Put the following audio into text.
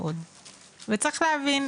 וצריך להבין,